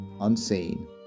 unseen